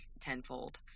tenfold